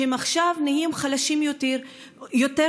שעכשיו נהיות חלשות יותר ויותר.